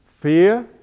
Fear